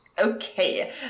Okay